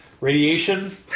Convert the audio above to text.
radiation